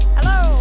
Hello